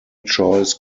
choice